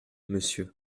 monsieur